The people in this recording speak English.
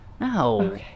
no